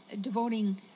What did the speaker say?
devoting